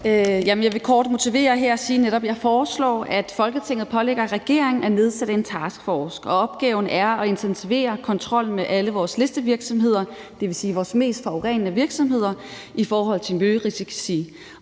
Jeg vil kort motivere det her og netop sige, at jeg foreslår, at Folketinget pålægger regeringen at nedsætte en taskforce, og opgaven er at intensivere kontrollen med alle vores listevirksomheder, dvs. vores mest forurenende virksomheder, i forhold til miljørisici.